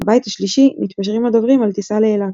בבית השלישי מתפשרים הדוברים על טיסה לאילת.